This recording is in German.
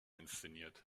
inszeniert